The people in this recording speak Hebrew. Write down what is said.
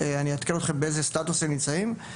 ואני אעדכן אתכם באיזה סטטוס הם נמצאים,